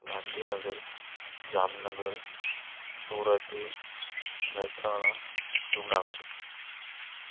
Gandhinagar Jamnagar Surat Mehsana Junagadh